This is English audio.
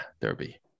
Derby